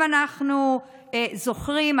אם אנחנו זוכרים,